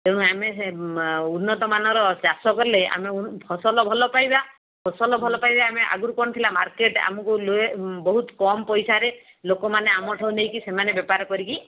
ତେଣୁ ଆମେ ସେ ଉନ୍ନତ ମାନର ଚାଷ କଲେ ଆମେ ଫସଲ ଭଲ ପାଇବା ଫସଲ ଭଲ ପାଇଲେ ଆମେ ଆଗରୁ କ'ଣ ଥିଲା ମାର୍କେଟ ଆମକୁ ବହୁତ କମ୍ ପଇସାରେ ଲୋକମାନେ ଆମଠୁ ନେଇକି ସେମାନେ ବେପାର କରିକି